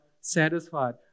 satisfied